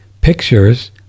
Pictures